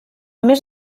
més